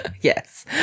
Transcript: yes